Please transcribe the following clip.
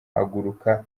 haguruka